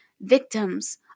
victims